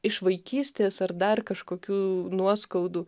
iš vaikystės ar dar kažkokių nuoskaudų